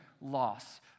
loss